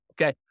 Okay